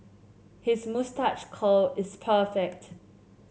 his moustache curl is perfect